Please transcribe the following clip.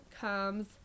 comes